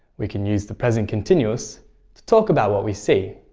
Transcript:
we can use the present continuous to talk about what we see